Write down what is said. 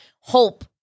hope